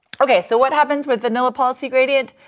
okay. so what happens with vanilla policy gradient,